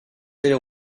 aller